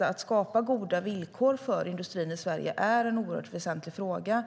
Att skapa goda villkor för industrin i Sverige är en oerhört väsentlig fråga.